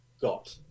got